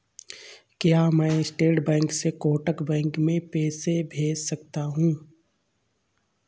क्या मैं state bank से कोटक बैंक में पैसे भेज सकता हूँ?